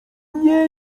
nie